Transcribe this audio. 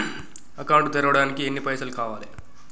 Account తెరవడానికి ఎన్ని పైసల్ కావాలే?